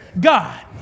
God